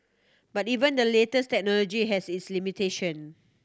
but even the latest technology has its limitation